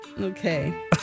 Okay